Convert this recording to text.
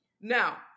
Now